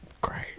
great